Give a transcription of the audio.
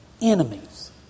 Enemies